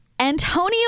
Antonio